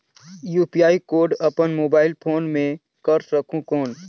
UPI code अपन mobile phone मे कर सकहुं कौन?